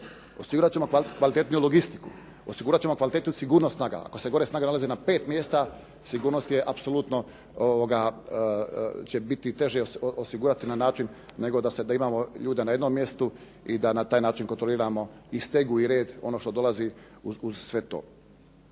Osigurat ćemo kvalitetniju logistiku, osigurat ćemo kvalitetniju sigurnost snaga. Ako se gore snage nalaze na pet mjesta, sigurnost je apsolutno će biti teže osigurati na način nego da imamo ljude na jednom mjestu i da na taj način kontroliramo i stegu i red ono što dolazi uz sve to.